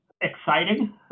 Exciting